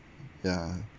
ya